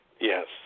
Yes